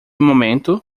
momento